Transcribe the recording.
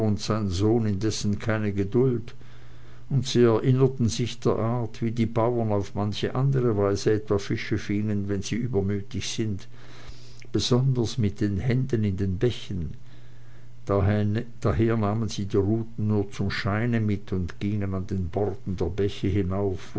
sohn indessen keine geduld und sie erinnerten sich der art wie die bauern auf manche andere weise etwa fische fangen wenn sie übermütig sind besonders mit den fländen in den bächen daher nahmen sie die ruten nur zum schein mit und gingen an den borden der bäche hinauf